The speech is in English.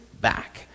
back